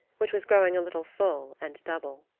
which was growing a little full and double.